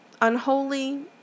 unholy